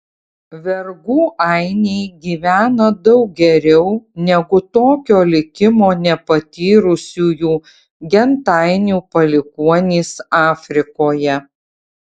vergų ainiai gyvena daug geriau negu tokio likimo nepatyrusiųjų gentainių palikuonys afrikoje